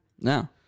No